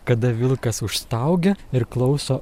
kada vilkas užstaugia ir klauso